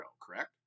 correct